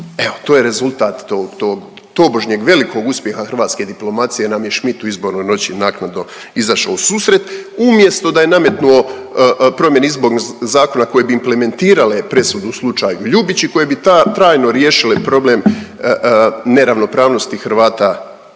Evo, to je rezultat tog tobožnjeg velikog uspjeha hrvatske diplomacije jer nam je Schmidt u izbornoj noći naknadno izašao u susret umjesto da je nametnuo promjene izbornog zakona koje bi implementirale presudu u slučaju Ljubić i koje bi ta, trajno riješile problem neravnopravnosti Hrvata,